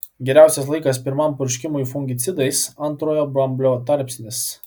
geriausias laikas pirmam purškimui fungicidais antrojo bamblio tarpsnis